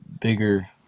bigger